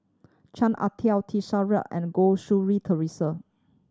Chan Ah Kow T Sasitharan and Goh Theresa